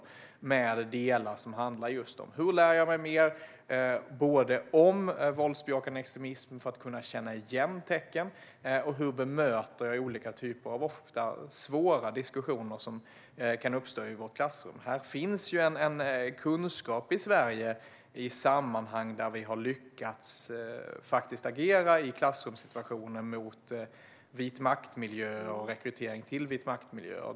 Däri finns delar som handlar just om hur man ska lära sig mer om våldsbejakande extremism för att känna igen tecken på det och hur man ska bemöta de ofta svåra diskussioner som kan uppstå i ett klassrum. Det finns en kunskap i Sverige i sammanhang där vi har lyckats agera i klassrumssituationen, till exempel mot vitmaktmiljöer.